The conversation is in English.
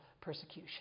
persecution